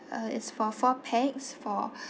uh it's for four pax for